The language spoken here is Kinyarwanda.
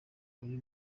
uri